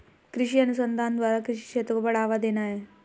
कृषि अनुसंधान द्वारा कृषि क्षेत्र को बढ़ावा देना है